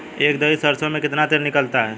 एक दही सरसों में कितना तेल निकलता है?